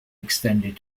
extended